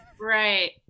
Right